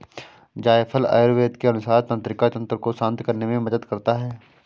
जायफल आयुर्वेद के अनुसार तंत्रिका तंत्र को शांत करने में मदद करता है